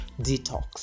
detox